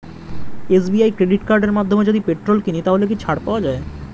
SBI credit কার্ডের মাধ্যমে যদি পেট্রোল কিনি তাহলে কি ছাড় পাওয়া যায়?